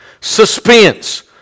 suspense